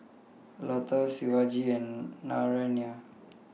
Lata Shivaji and Naraina